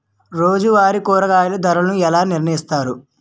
రోజువారి కూరగాయల ధరలను ఎలా నిర్ణయిస్తారు?